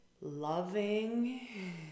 loving